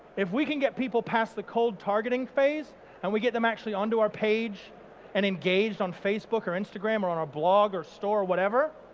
if we can get people past the cold targeting phase and we get them actually onto our page and engaged on facebook or instagram or on our blog or store or whatever